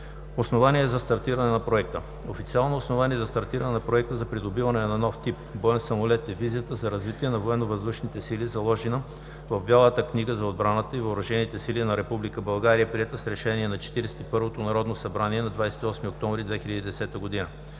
Основание за стартиране на Проекта. Официално основание за стартиране на Проекта за придобиване на нов тип боен самолет е Визията за развитие на Военновъздушните сили, заложена в Бялата книга за отбраната и Въоръжените сили на Република България, приета с решение на Четиридесет и първото народно събрание на 28 октомври 2010 г.